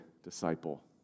disciple